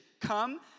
Come